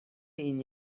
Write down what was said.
این